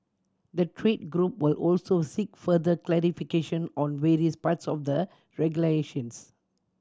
the trade group will also seek further clarification on various parts of the regulations